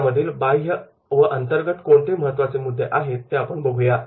यामधील बाह्य व अंतर्गत कोणते महत्त्वाचे मुद्दे आहेत ते आपण बघू या